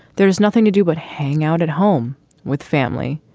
there is nothing to do but hang out at home with family.